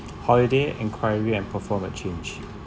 holiday enquiry and perform a change